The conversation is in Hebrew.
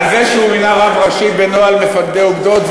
זה שהוא מינה רב ראשי בנוהל מפקדי אוגדות,